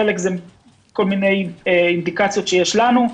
חלק מזה זה כל מיני אינדיקציות שיש לנו,